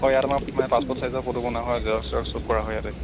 হয় ইয়াত আমাৰ মানে পাছপৰ্ট চাইজৰ ফ'টো বনোৱা হয় জেৰক্স চেৰক্স চব কৰা হয় ইয়াতে